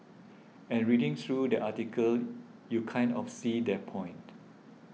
and reading through their article you kind of see their point